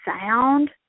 sound